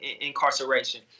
incarceration